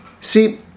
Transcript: see